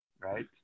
right